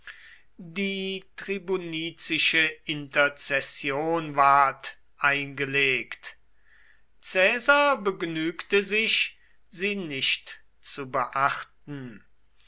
die tribunizische interzession ward eingelegt caesar begnügte sich sie nicht zu beachten